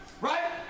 right